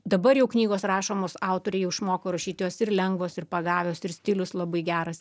dabar jau knygos rašomos autoriai jau išmoko rašyti jos ir lengvos ir pagavios ir stilius labai geras